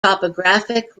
topographic